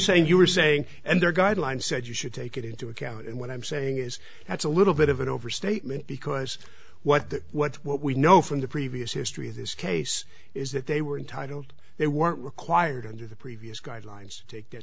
saying you were saying and their guidelines said you should take it into account and what i'm saying is that's a little bit of an overstatement because what that what what we know from the previous history of this case is that they were entitled they weren't required under the previous guidelines t